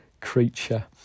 creature